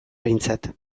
behintzat